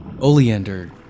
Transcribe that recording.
Oleander